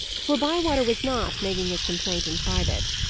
for bywater was not making his complaint in private.